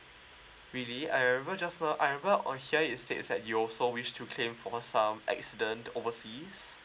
really I remember just now I remember or hear you says that you also wish to claim for some accident oversea